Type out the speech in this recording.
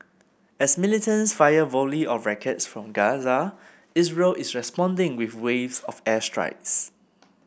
as militants fire volleys of rockets from Gaza Israel is responding with waves of airstrikes